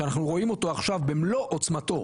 שאנחנו רואים אותו עכשיו במלוא עוצמתו